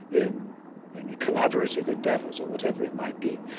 in in collaborative endeavors or whatever it might be,